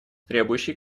требующий